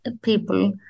people